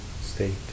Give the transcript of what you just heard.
state